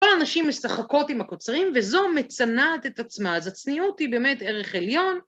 כל האנשים משחקות עם הקוצרים וזו מצנעת את עצמה, אז הצניעות היא באמת ערך עליון.